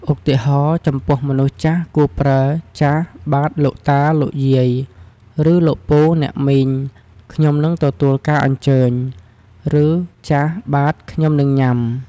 ឧទាហរណ៍៖ ចំពោះមនុស្សចាស់ គួរប្រើ "ចាស/បាទ លោកតា លោកយាយ ឬលោកពូ អ្នកមីង ខ្ញុំនឹងទទួលការអញ្ជើញ" ឬ "ចាស/បាទ ខ្ញុំនឹងញ៉ាំ"។